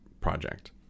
project